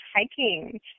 hiking